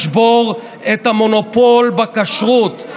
רפורמת הכשרות תשבור את המונופול בכשרות.